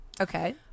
Okay